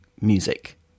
music